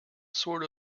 sort